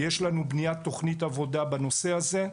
יש לנו בניית תוכנית עבודה בנושא הזה.